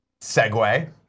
segue